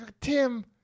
Tim